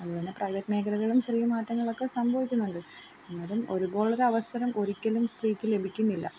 അതുപോലെ പ്രൈവറ്റ് മേഖലകളും ചെറിയ മാറ്റങ്ങളൊക്കെ സംഭവിക്കുന്നുണ്ട് അന്നേരം ഒരുപോലെ ഒരവസരം ഒരിക്കലും സ്ത്രീക്ക് ലഭിക്കുന്നില്ല